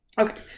Okay